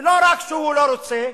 ולא רק שהוא לא רוצה,